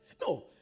No